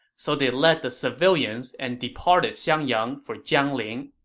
so they led the civilians and departed xiangyang for jiangling.